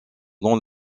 dont